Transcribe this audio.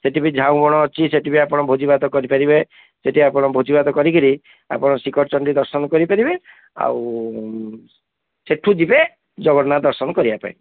ସେଠି ବି ଝାଉଁ ବଣ ଅଛି ସେଠି ବି ଆପଣ ଭୋଜି ଭାତ କରିପାରିବେ ସେଠି ଆପଣ ଭୋଜିଭାତ କରିକରି ଆପଣ ଶିଖରଚଣ୍ଡୀ ଦର୍ଶନ କରିପାରିବେ ଆଉ ସେଠୁ ଯିବେ ଜଗନ୍ନାଥ ଦର୍ଶନ କରିବା ପାଇଁ